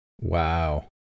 Wow